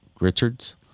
Richards